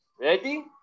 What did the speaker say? Ready